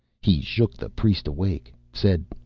he shook the priest awake, said,